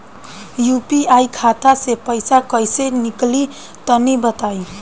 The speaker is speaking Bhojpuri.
यू.पी.आई खाता से पइसा कइसे निकली तनि बताई?